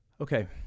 Okay